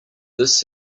this